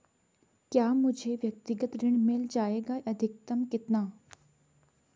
क्या मुझे व्यक्तिगत ऋण मिल जायेगा अधिकतम कितना?